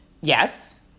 yes